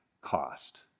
cost